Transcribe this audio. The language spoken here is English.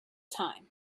time